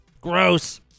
Gross